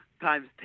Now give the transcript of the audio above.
times